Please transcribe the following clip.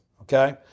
okay